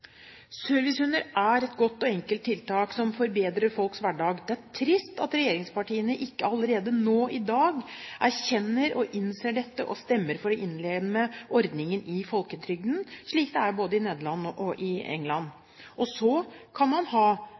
er et godt og enkelt tiltak som forbedrer folks hverdag. Det er trist at regjeringspartiene ikke allerede nå, i dag, erkjenner og innser dette og stemmer for å innlemme ordningen i folketrygden, slik det er både i Nederland og i England. Så kan man ha